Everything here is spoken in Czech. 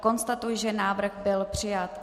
Konstatuji, že návrh byl přijat.